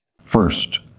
First